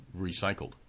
recycled